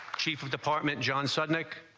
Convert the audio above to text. chief of department john suddenly